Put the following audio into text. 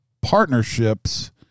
partnerships